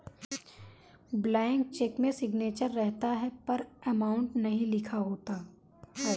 blank cheque में signature रहता है पर अमाउंट नहीं लिखा होता है